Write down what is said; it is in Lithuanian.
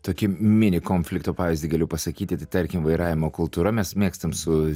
tokį mini konflikto pavyzdį galiu pasakyti tai tarkim vairavimo kultūra mes mėgstam su